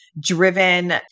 driven